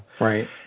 Right